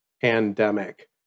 pandemic